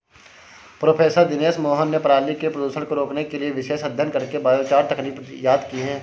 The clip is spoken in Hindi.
प्रोफ़ेसर दिनेश मोहन ने पराली के प्रदूषण को रोकने के लिए विशेष अध्ययन करके बायोचार तकनीक इजाद की है